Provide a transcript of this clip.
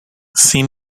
sin